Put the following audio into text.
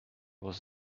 was